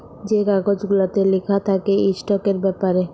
যে কাগজ গুলাতে লিখা থ্যাকে ইস্টকের ব্যাপারে